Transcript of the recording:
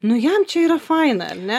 nu jam čia yra faina ar ne